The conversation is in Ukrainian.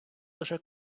лише